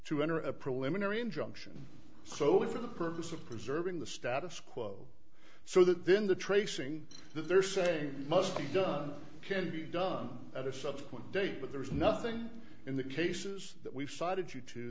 to enter a preliminary injunction solely for the purpose of preserving the status quo so that then the tracing that they're saying must be done can be done at a subsequent date but there is nothing in the cases that we've cited you to